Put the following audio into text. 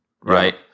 Right